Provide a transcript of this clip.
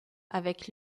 avec